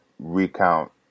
recount